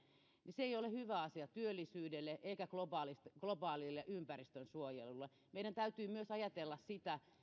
niin se ei ole hyvä asia työllisyydelle eikä globaalille ympäristönsuojelulle meidän täytyy myös ajatella sitä